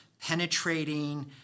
penetrating